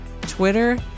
Twitter